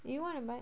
if you want to buy